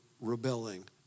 rebelling